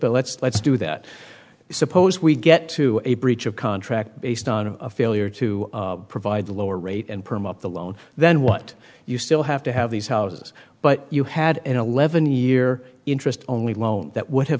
but let's let's do that suppose we get to a breach of contract based on a failure to provide the lower rate and perm up the loan then what you still have to have these houses but you had an eleven year interest only loan that would have